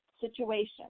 situation